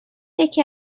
یکی